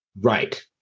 Right